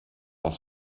aus